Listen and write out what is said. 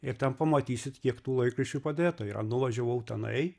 ir ten pamatysit kiek tų laikraščių padėta yra nuvažiavau tenai